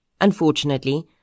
Unfortunately